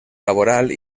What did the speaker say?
laboral